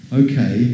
okay